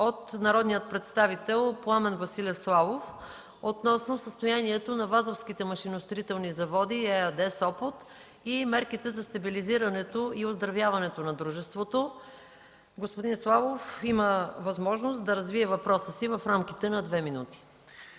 от народния представител Пламен Василев Славов относно състоянието на „Вазовските машиностроителни заводи” ЕАД – Сопот, и мерките за стабилизирането и оздравяването на дружеството. Господин Славов има възможност да развие въпроса си в рамките на две минути.